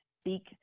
speak